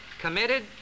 committed